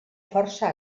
força